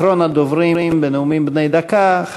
אחרון הדוברים בנאומים בני דקה,